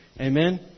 Amen